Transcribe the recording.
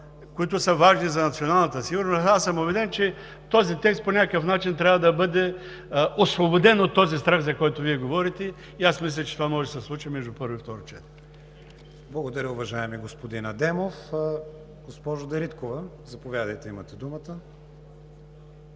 които са важни за националната сигурност, аз съм убеден, че този текст по някакъв начин трябва да бъде освободен от този страх, за който Вие говорите, и аз мисля, че това може да се случи между първо и второ четене. ПРЕДСЕДАТЕЛ КРИСТИАН ВИГЕНИН: Благодаря, уважаеми господин Адемов. Госпожо Дариткова, заповядайте – имате думата.